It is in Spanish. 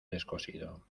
descosido